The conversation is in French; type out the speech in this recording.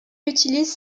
utilise